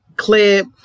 clip